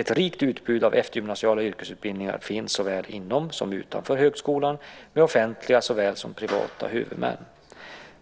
Ett rikt utbud av eftergymnasiala yrkesutbildningar finns såväl inom som utanför högskolan, med offentliga såväl som privata huvudmän.